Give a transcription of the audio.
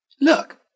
Look